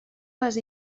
les